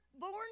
born